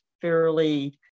fairly